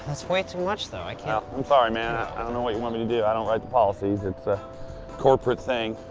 that's way too much, though, i can't. well, i'm sorry, man. ah i don't know what you want me to do. i don't write the policies. it's a corporate thing.